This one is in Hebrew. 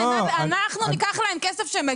אנחנו ניקח להם כסף שמגיע להם?